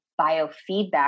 biofeedback